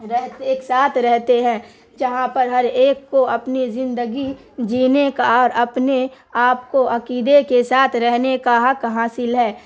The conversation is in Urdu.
رہتے ایک ساتھ رہتے ہیں جہاں پر ہر ایک کو اپنی زندگی جینے کا اور اپنے آپ کو عقیدے کے ساتھ رہنے کا حق حاصل ہے